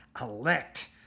elect